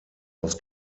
aus